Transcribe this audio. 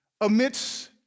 amidst